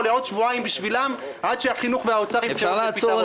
שבועיים בשבילם עד שהחינוך והאוצר ימצאו פתרון.